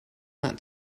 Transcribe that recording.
that